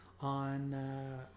on